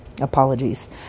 apologies